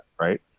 right